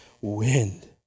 wind